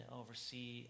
oversee